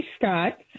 Scott